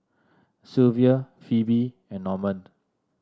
Silvia Phoebe and Normand